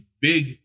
big